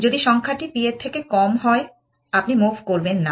যদি সংখ্যাটি p এর থেকে কম হয় আপনি মুভ করবেন না